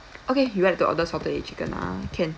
okay you'd like to order salted egg chicken ah can